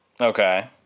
Okay